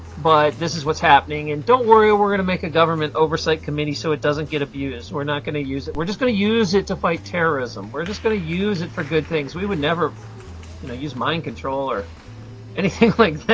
but this is what's happening and don't worry we're going to make a government oversight committee so it doesn't get abused. we're not going to use on you. we're just going to use it to fight terrorism. we're just going to use it for good things. we would never you know use mind control or anything like that.